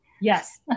yes